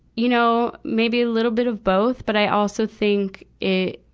you know, maybe a little bit of both. but i also think it,